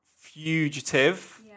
fugitive